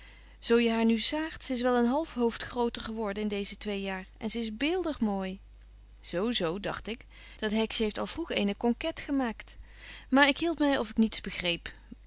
zo je haar nu zaagt ze is wel een half hoofd groter geworden in deeze twee jaar en ze is beeldig mooi zo zo dagt ik dat heksje heeft al vroeg eene conquête gemaakt maar ik hield my of ik niets begreep